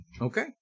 Okay